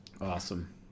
Awesome